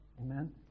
Amen